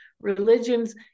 religions